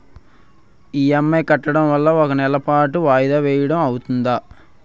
EMI కట్టడం ఒక నెల పాటు వాయిదా వేయటం అవ్తుందా?